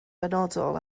benodol